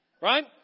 right